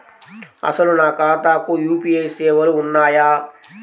అసలు నా ఖాతాకు యూ.పీ.ఐ సేవలు ఉన్నాయా?